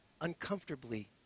uncomfortably